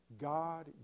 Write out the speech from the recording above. God